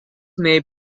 may